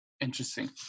Interesting